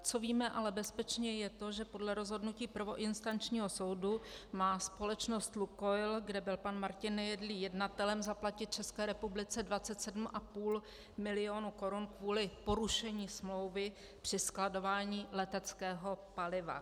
Co víme ale bezpečně, je to, že podle rozhodnutí prvoinstančního soudu má společnost Lukoil, kde byl pan Martin Nejedlý jednatelem, zaplatit České republice 27,5 mil. korun kvůli porušení smlouvy při skladování leteckého paliva.